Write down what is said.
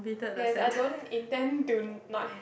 yes I don't intend to not have